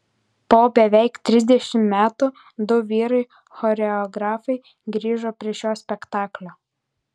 po beveik trisdešimt metų du vyrai choreografai grįžo prie šio spektaklio